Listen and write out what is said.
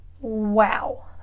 wow